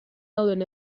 dauden